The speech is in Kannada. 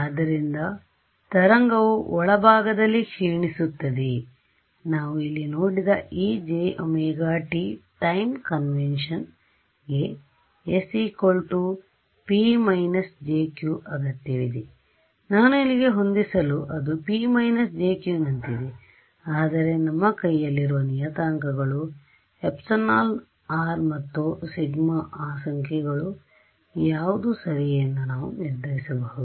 ಆದ್ದರಿಂದ ತರಂಗವು ಒಳ ಭಾಗದಲ್ಲಿ ಕ್ಷೀಣಿಸುತ್ತದೆ ಅದು ನಾವು ಇಲ್ಲಿ ನೋಡಿದ ejωt ಟೈಮ್ ಕನ್ವೆಂಷನ್ನಗೆ s p jq ಅಗತ್ಯವಿದೆ ಆದ್ದರಿಂದ ನಾನು ಇಲ್ಲಿಗೆ ಹೊಂದಿಸಲು ಅದು p jq ನಂತಿದೆ ಆದರೆ ನಮ್ಮ ಕೈಯಲ್ಲಿರುವ ನಿಯತಾಂಕಗಳುεr ಮತ್ತು σ ಆ ಸಂಖ್ಯೆಗಳು ಯಾವುದು ಸರಿ ಎಂದು ನಾವು ನಿರ್ಧರಿಸಬಹುದು